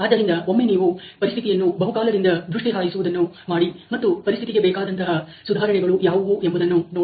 ಆದ್ದರಿಂದ ಒಮ್ಮೆ ನೀವು ಪರಿಸ್ಥಿತಿಯನ್ನು ಬಹುಕಾಲದಿಂದ ದೃಷ್ಟಿ ಹಾಯಿಸುವುದನ್ನು ಮಾಡಿ ಮತ್ತು ಪರಿಸ್ಥಿತಿಗೆ ಬೇಕಾದಂತಹ ಸುಧಾರಣೆಗಳು ಯಾವುವು ಎಂಬುದನ್ನು ನೋಡಿ